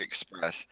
Express